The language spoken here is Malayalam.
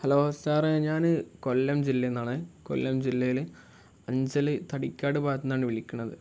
ഹലോ സാറേ ഞാൻ കൊല്ലം ജില്ലയിൽ നിന്നാണ് കൊല്ലം ജില്ലയിൽ അഞ്ചല് തടിക്കാട് ഭാഗത്ത് നിന്നാണ് വിളിക്കുന്നത്